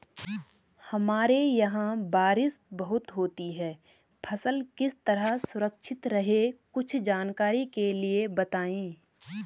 हमारे यहाँ बारिश बहुत होती है फसल किस तरह सुरक्षित रहे कुछ जानकारी के लिए बताएँ?